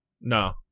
No